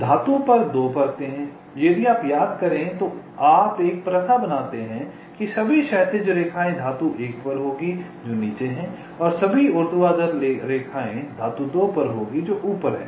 धातु पर 2 परतें हैं यदि आप याद करते हैं तो आप एक प्रथा बनाते हैं कि सभी क्षैतिज रेखाएं धातु 1 पर होंगी जो नीचे है और सभी ऊर्ध्वाधर रेखाएं धातु 2 पर होंगी जो ऊपर हैं